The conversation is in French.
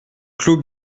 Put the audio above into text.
clos